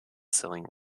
selling